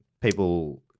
People